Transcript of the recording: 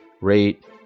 rate